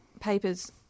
papers